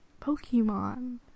pokemon